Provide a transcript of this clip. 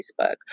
Facebook